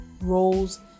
roles